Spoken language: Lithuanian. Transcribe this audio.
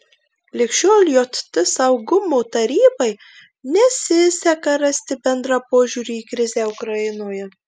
lig šiol jt saugumo tarybai nesiseka rasti bendrą požiūrį į krizę ukrainoje